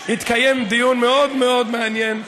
התקיים דיון מאוד מאוד מעניין.